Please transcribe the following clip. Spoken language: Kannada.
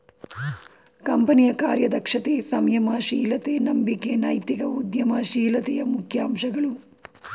ಕಂಪನಿಯ ಕಾರ್ಯದಕ್ಷತೆ, ಸಂಯಮ ಶೀಲತೆ, ನಂಬಿಕೆ ನೈತಿಕ ಉದ್ಯಮ ಶೀಲತೆಯ ಮುಖ್ಯ ಅಂಶಗಳು